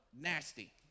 Nasty